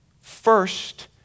First